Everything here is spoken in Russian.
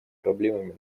проблемами